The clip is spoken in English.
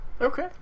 Okay